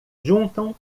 juntam